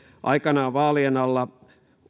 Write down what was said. aikanaan vaalien alla